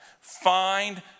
Find